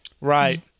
Right